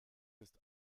ist